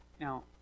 Now